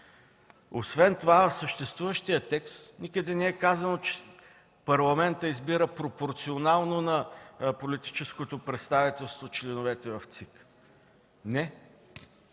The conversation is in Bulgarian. Парламента. В съществуващия текст никъде не е казано, че Парламентът избира пропорционално на политическото представителство членовете на ЦИК. Не!